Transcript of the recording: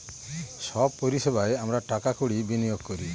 সব পরিষেবায় আমরা টাকা কড়ি বিনিয়োগ করি